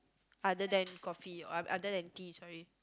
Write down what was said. other than coffee or other than tea sorry